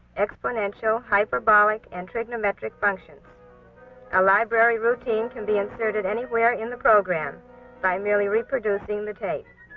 exponential, hyperbolic, and trigonometric functions a library routine can be inserted anywhere in the program by merely reproducing the tape.